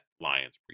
Lions